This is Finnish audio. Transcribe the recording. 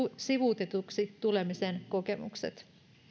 sivuutetuksi tulemisen kokemukset